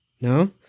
No